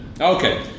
okay